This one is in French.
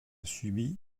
subit